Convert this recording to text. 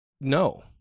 no